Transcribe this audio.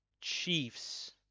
Chiefs